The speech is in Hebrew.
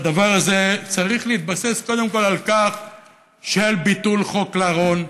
הדבר הזה צריך להתבסס קודם כול על ביטול חוק לרון,